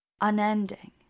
unending